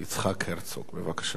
בבקשה, אדוני.